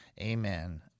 Amen